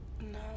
No